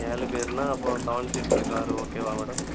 ஏழு பேருன்னா அப்போது செவன் சீட்ரூ காரு ஓகேவா மேடம்